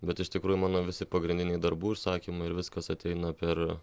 bet iš tikrųjų mano visi pagrindiniai darbų užsakymai ir viskas ateina per